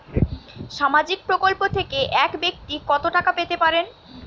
সামাজিক প্রকল্প থেকে এক ব্যাক্তি কত টাকা পেতে পারেন?